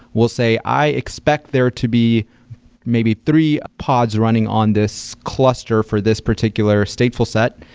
will say, i expect there to be maybe three pods running on this cluster for this particular stateful set,